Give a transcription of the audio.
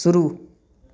शुरू